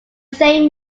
same